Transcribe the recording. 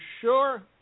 sure